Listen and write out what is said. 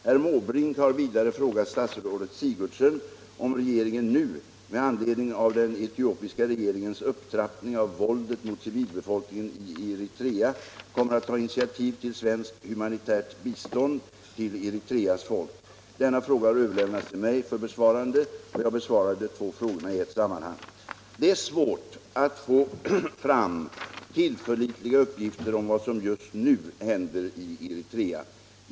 Herr Måbrink har vidare frågat statsrådet Sigurdsen om regeringen nu med anledning av den etiopiska regeringens upptrappning av våldet mot civilbefolkningen i Eritrea kommer att ta initiativ till svenskt humanitärt bistånd till Eritreas folk. Denna fråga har överlämnats till mig för besvarande. Jag besvarar de två frågorna i ett sammanhang. Det är svårt att få fram tillförlitliga uppgifter om vad som just nu händer i Eritrea.